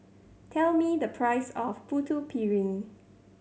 tell me the price of Putu Piring